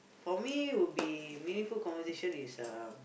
for me would be meaningful conversation is uh